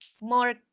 more